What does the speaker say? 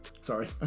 sorry